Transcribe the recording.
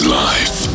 life